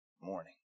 morning